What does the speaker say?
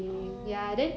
oh